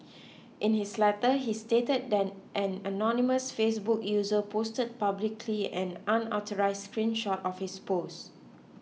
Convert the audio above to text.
in his letter he stated that an anonymous Facebook user posted publicly an unauthorised screen shot of his post